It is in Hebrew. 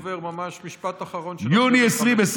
אדוני הדובר, ממש משפט אחרון, יוני 2021: